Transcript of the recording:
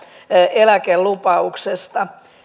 eläkelupauksesta